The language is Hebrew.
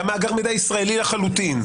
גם מאגר מידע ישראלי לחלוטין?